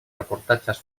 reportatges